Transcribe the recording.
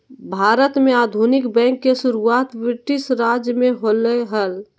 भारत में आधुनिक बैंक के शुरुआत ब्रिटिश राज में होलय हल